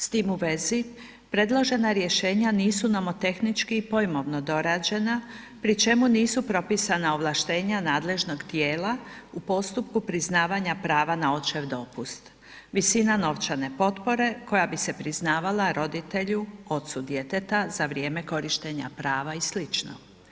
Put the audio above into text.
S tim u vezi, predložena rješenja nisu nomotehnički i pojmovno dorađena pri čemu nisu propisana ovlaštenja nadležnog tijela u postupku priznavanja prava na očev dopust, visina novčane potpore koja bi se priznavala roditelju ocu djeteta za vrijeme korištenja prava i sl.